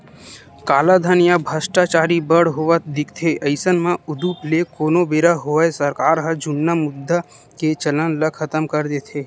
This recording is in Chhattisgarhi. कालाधन या भस्टाचारी बड़ होवत दिखथे अइसन म उदुप ले कोनो बेरा होवय सरकार ह जुन्ना मुद्रा के चलन ल खतम कर देथे